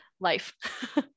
life